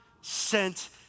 sent